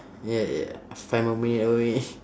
ya ya five more minute away